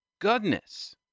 goodness